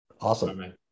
Awesome